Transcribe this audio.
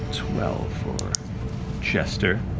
twelve for jester.